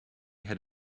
had